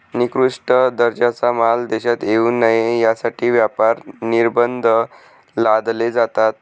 निकृष्ट दर्जाचा माल देशात येऊ नये यासाठी व्यापार निर्बंध लादले जातात